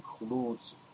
includes